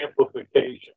amplification